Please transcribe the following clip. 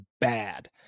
bad